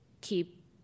keep